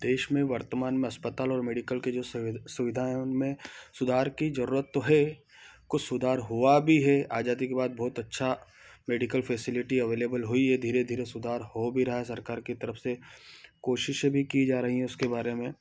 देश में वर्तमान में अस्पताल और मेडिकल की जो सुविधा हैं उनमें सुधार की जरूरत तो है कुछ सुधार हुआ भी है आजादी के बाद बहुत अच्छा मेडिकल फैसिलिटी अवेलेबल हुई है धीरे धीरे सुधार हो भी रहा है सरकार की तरफ से कोशिशें भी की जा रही हैं उसके बारे में